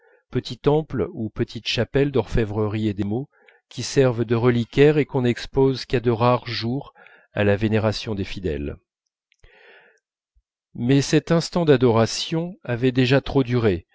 petit temple ou petite chapelle d'orfèvrerie et d'émaux qui servent de reliquaires et qu'on n'expose qu'à de rares jours à la vénération des fidèles mais cet instant d'adoration avait déjà trop duré